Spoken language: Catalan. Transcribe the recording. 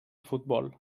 futbol